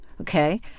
Okay